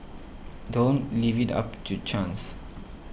don't leave it up to chance